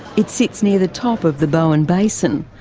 it sits near the top of the bowen basin,